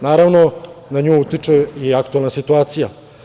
Naravno, na nju utiče i aktuelna situacija.